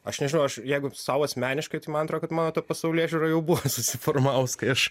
aš nežinau aš jeigu sau asmeniškai tai man atro kad mano ta pasaulėžiūra jau buvo susiformavus kai aš